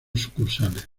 sucursales